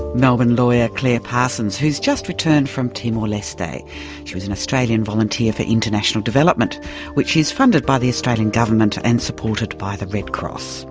melbourne lawyer clare parsons, who has just returned from timor-leste. she was an australian volunteer for international development which is funded by the australian government and supported by the red cross.